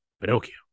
Pinocchio